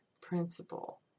Principle